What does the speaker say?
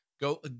go